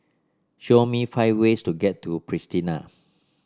show me five ways to get to Pristina